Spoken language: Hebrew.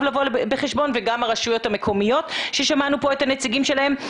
לבוא בחשבון וגם הרשויות המקומיות שאת נציגן שמענו